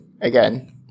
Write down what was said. again